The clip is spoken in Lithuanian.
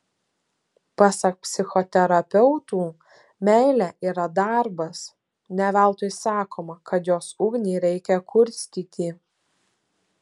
pasak psichoterapeutų meilė yra darbas ne veltui sakoma kad jos ugnį reikia kurstyti